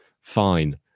fine